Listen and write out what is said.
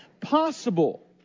possible